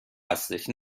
هستش